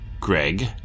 Greg